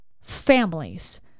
families